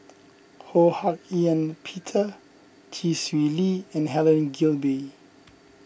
Ho Hak Ean Peter Chee Swee Lee and Helen Gilbey